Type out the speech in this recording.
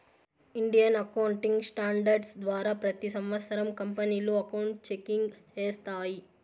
Indian accounting standards ద్వారా ప్రతి సంవత్సరం కంపెనీలు అకౌంట్ చెకింగ్ చేస్తాయి